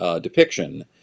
depiction